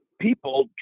people